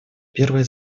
первое